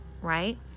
right